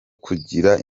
kugira